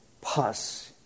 pus